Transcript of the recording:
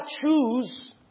choose